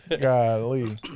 Golly